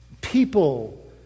People